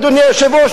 אדוני היושב-ראש,